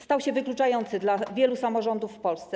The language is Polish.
Stał się wykluczający dla wielu samorządów w Polsce.